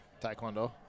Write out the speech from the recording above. Taekwondo